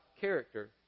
character